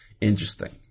Interesting